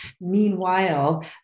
Meanwhile